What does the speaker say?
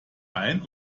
ein